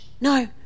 No